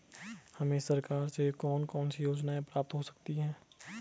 हमें सरकार से कौन कौनसी योजनाएँ प्राप्त हो सकती हैं?